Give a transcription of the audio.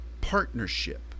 partnership